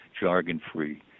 jargon-free